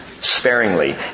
sparingly